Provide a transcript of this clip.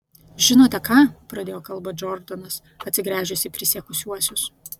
žinote ką pradėjo kalbą džordanas atsigręžęs į prisiekusiuosius